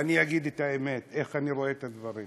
ואני אגיד את האמת, איך אני רואה את הדברים.